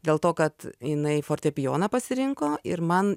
dėl to kad jinai fortepijoną pasirinko ir man